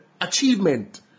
achievement